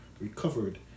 recovered